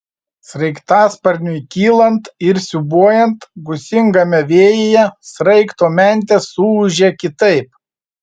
sraigtasparniui kylant ir siūbuojant gūsingame vėjyje sraigto mentės suūžė kitaip